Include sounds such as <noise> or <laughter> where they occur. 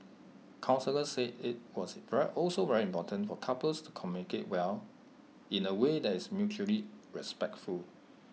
counsellor said IT was <noise> also very important for couples to communicate well in away that is mutually respectful